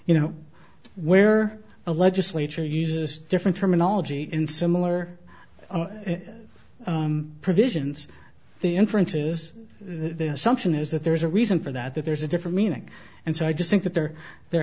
you know where the legislature uses different terminology in similar provisions the inference is the assumption is that there's a reason for that that there's a different meaning and so i just think that there there